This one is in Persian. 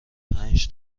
پنج